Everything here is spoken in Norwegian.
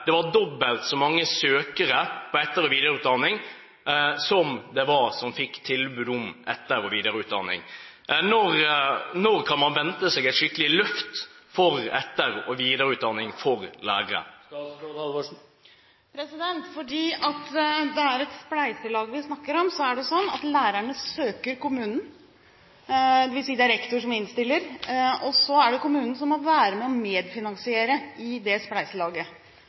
det var dobbelt så mange søkere til etter- og videreutdanning som det var som fikk tilbud om etter- og videreutdanning. Når kan man vente seg et skikkelig løft for etter- og videreutdanning for lærere? Fordi det er et spleiselag vi snakker om, er det slik at lærerne søker kommunen – dvs. det er rektor som innstiller – og så er det kommunen som må være med og medfinansiere i det spleiselaget.